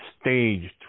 staged